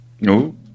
No